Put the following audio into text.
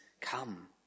Come